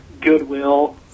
Goodwill